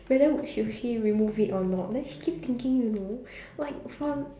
whether should she remove it or not then she keep thinking you know like for